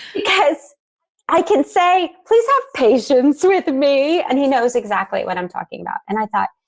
cause i can say please have patience with me. and he knows exactly what i'm talking about. and i thought,